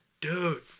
dude